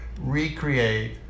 recreate